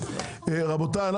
רבותיי,